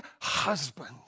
husband